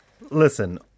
Listen